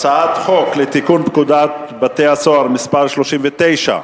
הצעת חוק לתיקון פקודת בתי-הסוהר (מס' 39)